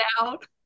out